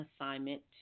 assignment